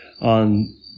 on